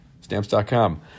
Stamps.com